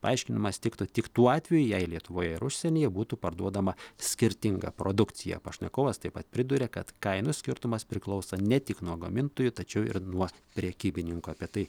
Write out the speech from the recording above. paaiškinimas tiktų tik tuo atveju jei lietuvoje ir užsienyje būtų parduodama skirtinga produkcija pašnekovas taip pat priduria kad kainų skirtumas priklauso ne tik nuo gamintojų tačiau ir nuo prekybininkų apie tai